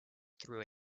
through